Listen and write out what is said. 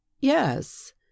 Yes